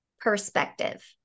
perspective